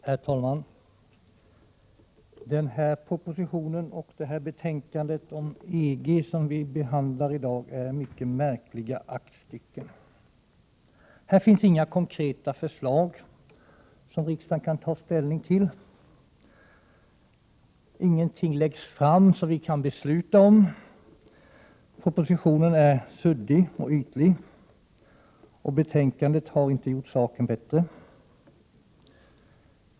Herr talman! Den proposition och det betänkande om EG som vi behandlar i dag är mycket märkliga aktstycken. Här finns inga konkreta förslag som riksdagen kan ta ställning till, ingenting läggs fram som vi kan besluta om. Propositionen är suddig och ytlig, och betänkandet har inte gjort saken bättre.